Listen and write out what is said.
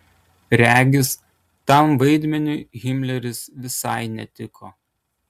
regis tam vaidmeniui himleris visai netiko